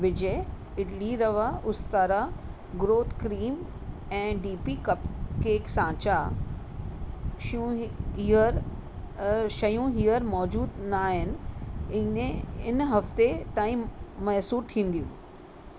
विजय इडली रवा उस्तरा growth cream ऐं डी पी कप केक सांचा शयूं हींअर शयूं हींअर मौज़ूदु न आहिनि हिन हिन हफ़्ते तांई मुयसिर थींदियूं